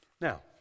Now